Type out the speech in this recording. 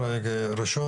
חמישי,